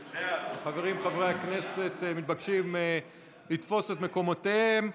חברים, חברי הכנסת מתבקשים לתפוס את מקומותיהם.